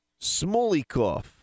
Smolikov